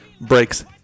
breaks